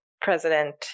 president